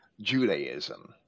Judaism